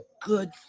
good